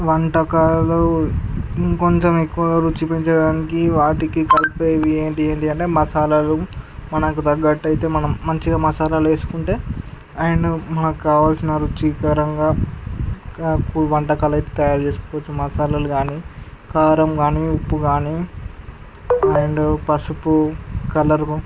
వంటకాలు ఇంకొంచం ఎక్కువగా రుచి పెంచడానికి వాటికి కలిపేవి ఏంటంటే మసాలాలు మనకు తగ్గట్టు అయితే మనం మంచిగా మసాలాలు వేసుకుంటే అండ్ మనకు కావాల్సిన రుచికరంగా కపు వంటకాలు అయితే తయారు చేసుకోవచ్చు మసాలాలు కానీ కారం కానీ ఉప్పు కానీ అండ్ పసుపు కలర్